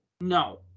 No